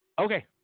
Okay